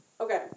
Okay